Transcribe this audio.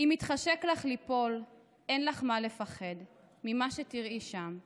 / אם מתחשק לך ליפול / אין לך מה לפחד / ממה שתראי שם /